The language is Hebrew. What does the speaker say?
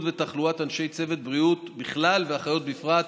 ותחלואת אנשי צוות בריאות בכלל ואחיות בפרט,